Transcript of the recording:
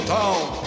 town